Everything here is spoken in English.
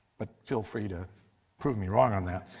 but feel free to prove me wrong on that